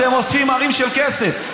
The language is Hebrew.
אתם אוספים הרים של כסף.